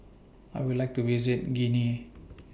I Would like to visit Guinea